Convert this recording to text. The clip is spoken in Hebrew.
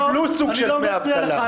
אנשים קיבלו דמי אבטלה.